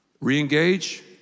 re-engage